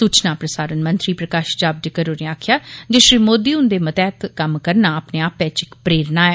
सूचना प्रसारण मंत्री प्रकाश जावडेकर होरें आक्खेआ जे श्री मोदी हुंदे मतैहत करना अपने आप च इक प्रेरणा ऐ